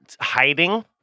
Hiding